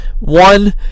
one